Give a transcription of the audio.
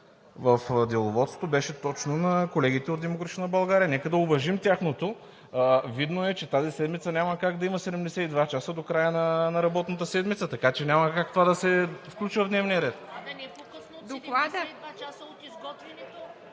в Деловодството, беше точно на колегите от „Демократична България“. Нека да уважим тяхното... Видно е, че тази седмица няма как да има 72 часа до края на работната седмица, така че няма как това да се включва в дневния ред. ТАТЯНА ДОНЧЕВА (ИСМВ, от място): Не по-късно от 72 часа от изготвянето